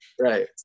Right